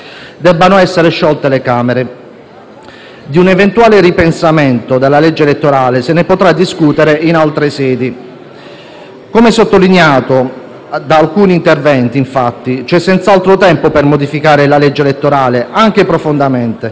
debbano essere sciolte le Camere. Di un eventuale ripensamento della legge elettorale si potrà discutere in altre sedi. Come sottolineato da alcuni interventi, infatti, c'è senz'altro tempo per modificare la legge elettorale, anche profondamente,